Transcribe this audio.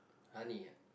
honey ah